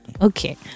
Okay